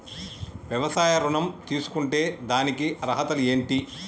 వ్యవసాయ ఋణం తీసుకుంటే దానికి అర్హతలు ఏంటి?